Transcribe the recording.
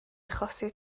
achosi